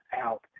out